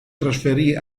trasferì